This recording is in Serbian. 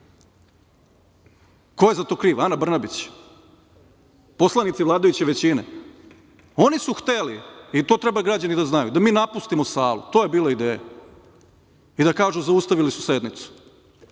Ko je za to kriv? Ana Brnabić? Poslanici vladajuće većine? Oni su hteli, i to treba građani da znaju, da mi napustimo salu, to je bila ideja, i da kažu zaustavili su sednicu,